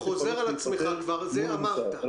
אתה חוזר על עצמך, את זה כבר אמרת.